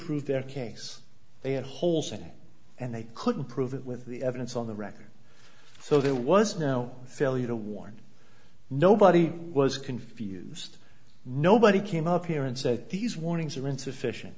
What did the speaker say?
prove their case they had holes in it and they couldn't prove it with the evidence on the record so there was no failure to warn nobody was confused nobody came up here and said these warnings are insufficient